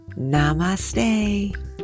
Namaste